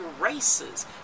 races